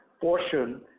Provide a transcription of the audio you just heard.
portion